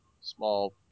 small